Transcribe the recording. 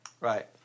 Right